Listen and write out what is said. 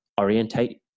orientate